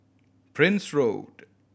Prince Road